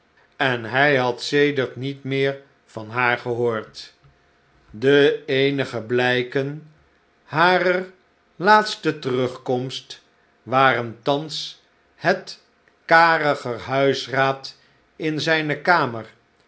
en hij had sedert niet meer van haar gehoord de ecnige blijken harer laatste terugkomst waren thans het kariger huisrraad in zijne kamer